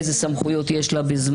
איזה סמכויות יש לה,